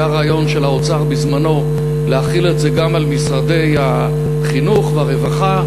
היה רעיון של האוצר בזמנו להחיל את זה גם על משרדי החינוך והרווחה.